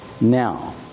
Now